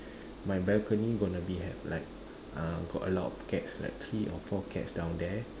my balcony going to be like have uh a lot of cats like three or four cats down there